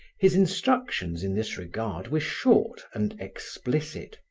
his instructions in this regard were short and explicit,